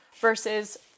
versus